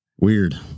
weird